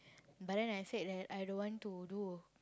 but then I said that I don't want to do